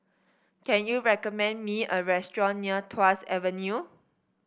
can you recommend me a restaurant near Tuas Avenue